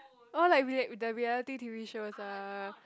oh like with the reality t_v shows lah